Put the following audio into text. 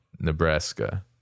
Nebraska